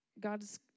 God's